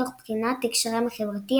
תוך בחינת הקשרם החברתי,